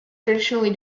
traditionally